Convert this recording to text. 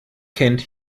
kennt